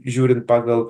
žiūrint pagal